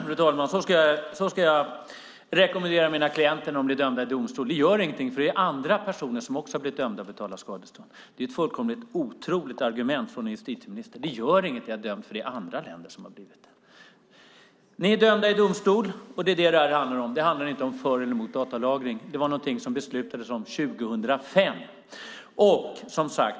Fru talman! Så ska jag säga till mina klienter när de blir dömda i domstol: Det gör ingenting eftersom andra personer också har blivit dömda att betala skadestånd. Det är ett otroligt argument från en justitieminister: Det gör ingenting att bli dömd eftersom andra länder har blivit det. Ni är dömda i domstol. Det är det som det här handlar om. Det handlar inte om för eller emot datalagring. Det är något som det beslutades om 2005.